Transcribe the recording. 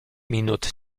minut